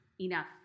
enough